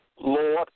Lord